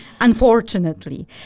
Unfortunately